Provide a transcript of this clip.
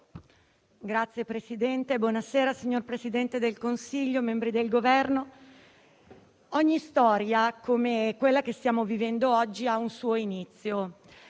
Signor Presidente, signor Presidente del Consiglio, membri del Governo, ogni storia, come quella che stiamo vivendo oggi, ha un suo inizio.